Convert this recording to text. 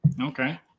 Okay